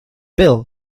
bill